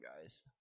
guys